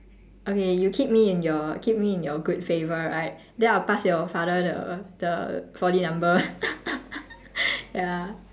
okay you keep me in your keep me in your good favour right then I''ll pass your father the the four D number ya